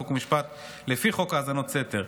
חוק ומשפט לפי חוק האזנות סתר,